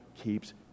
keeps